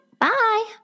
Bye